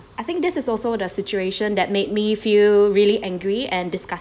I think this is also the situation that made me feel really angry and disgusted